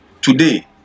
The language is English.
Today